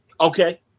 Okay